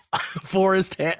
forest